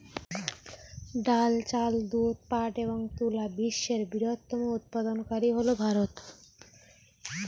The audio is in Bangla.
ডাল, চাল, দুধ, পাট এবং তুলা বিশ্বের বৃহত্তম উৎপাদনকারী হল ভারত